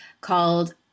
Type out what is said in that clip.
called